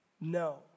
no